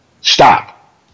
Stop